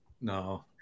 No